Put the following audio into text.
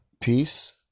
peace